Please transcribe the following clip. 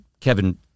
Kevin